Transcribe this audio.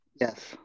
Yes